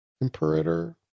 Imperator